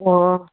ꯑꯣ